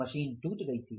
machine टूट गई थी